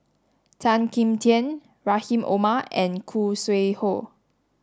Tan Kim Tian Rahim Omar and Khoo Sui Hoe